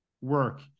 work